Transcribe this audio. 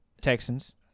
Texans